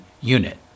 Unit